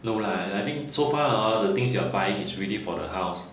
no lah I think so far hor the things you are buying it's really for the house